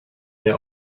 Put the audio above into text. mehr